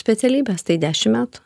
specialybės tai dešimt metų